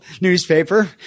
newspaper